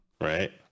Right